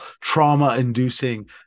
trauma-inducing